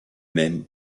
même